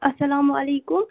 السلامُ علیکُم